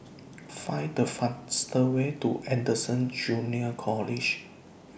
Find The fastest Way to Anderson Junior College